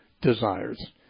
desires